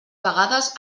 vegades